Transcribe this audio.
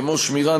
כמו שמירה,